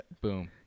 Boom